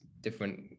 different